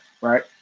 right